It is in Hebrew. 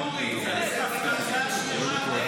אתה תיזהר,